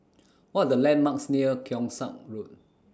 What Are The landmarks near Keong Saik Road